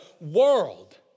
world